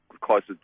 closer